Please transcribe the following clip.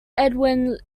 edwin